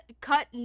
cut